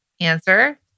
answer